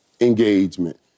engagement